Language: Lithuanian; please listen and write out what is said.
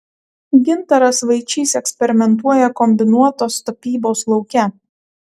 gintaras vaičys eksperimentuoja kombinuotos tapybos lauke